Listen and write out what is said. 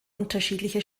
unterschiedliche